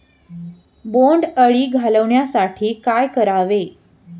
बोंडअळी घालवण्यासाठी काय करावे?